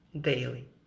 daily